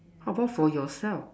how about for yourself